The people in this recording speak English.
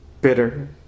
bitter